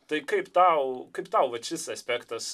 tai kaip tau kaip tau vat šis aspektas